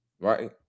right